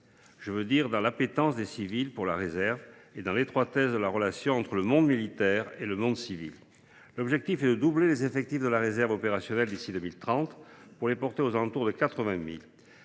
c’est à dire de l’appétence des civils pour la réserve et de l’étroitesse de la relation entre les mondes militaire et civil. L’objectif est de doubler les effectifs de la réserve opérationnelle d’ici à 2030 pour les porter aux alentours de 80 000.